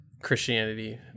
Christianity